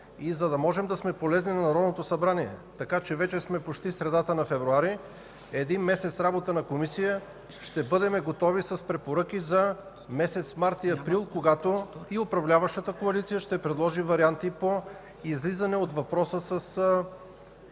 и за да можем да сме полезни на Народното събрание. Вече сме почти в средата на месец февруари – прие един месец работа на комисията ще бъдем готови с препоръки за месец март и април, когато и управляващата коалиция ще предложи варианти по излизане от проблемите